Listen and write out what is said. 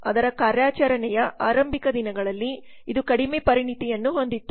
ಅದರ ಕಾರ್ಯಾಚರಣೆಯ ಆರಂಭಿಕ ದಿನಗಳಲ್ಲಿ ಇದು ಕಡಿಮೆ ಪರಿಣತಿಯನ್ನು ಹೊಂದಿತ್ತು